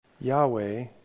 Yahweh